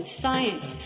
science